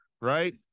right